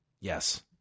Yes